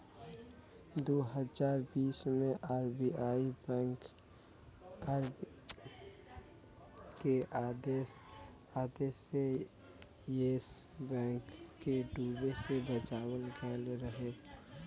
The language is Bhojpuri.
दू हज़ार बीस मे आर.बी.आई के आदेश से येस बैंक के डूबे से बचावल गएल रहे